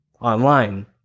online